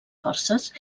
forces